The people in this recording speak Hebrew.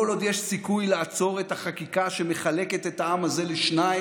כל עוד יש סיכוי לעצור את החקיקה שמחלקת את העם הזה לשניים.